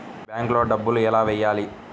బ్యాంక్లో డబ్బులు ఎలా వెయ్యాలి?